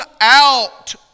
out